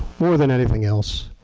more than anything else.